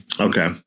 Okay